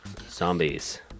Zombies